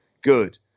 good